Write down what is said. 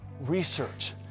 research